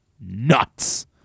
nuts